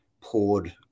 poured